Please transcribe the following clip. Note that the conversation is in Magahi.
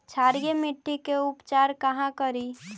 क्षारीय मिट्टी के उपचार कहा करी?